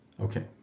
Okay